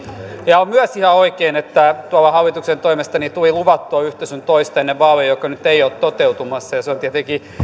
ja on myös ihan totta että ennen vaaleja tuolla hallituksen toimesta tuli luvattua yhtä sun toista joka nyt ei ole toteutumassa ja se on tietenkin